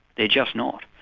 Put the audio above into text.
they're just not.